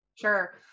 Sure